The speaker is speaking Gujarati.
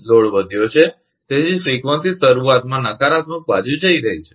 લોડ વધ્યો છે તેથી જ ફ્રીક્વન્સી શરૂઆતમાં નકારાત્મક બાજુ જઈ રહી છે